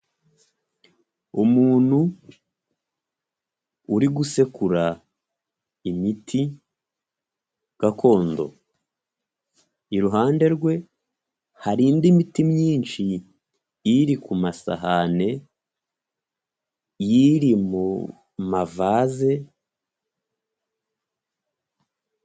Umuntu uri gusekura imiti gakondo, iruhande rwe hari indi miti myinshi iy'iri ku masahani, iy'iri mu mavaze.